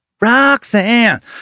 Roxanne